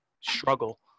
struggle